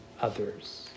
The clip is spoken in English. others